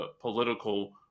political